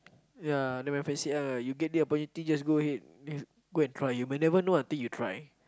ya than my friend said uh you get the opportunity just go ahead go and try you might never know until you try